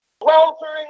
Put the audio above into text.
Weltering